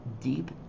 Deep